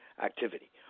activity